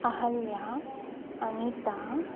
Ahalya Anita